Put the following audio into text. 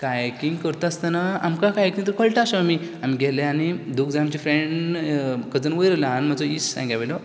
kayaking करता आसतना आमकां कांय तितून कळटा शे आमी आमी गेले आनी दोग जाण आमचे फ्रेंड कजन वयर उरले हांव आनी म्हाजो इश्ट सांग्यावयलो